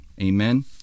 amen